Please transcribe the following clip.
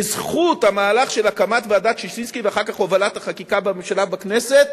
בזכות המהלך של הקמת ועדת-ששינסקי ואחר כך הובלת החקיקה בממשלה ובכנסת,